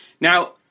Now